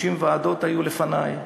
50 ועדות היו לפני,